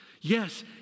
Yes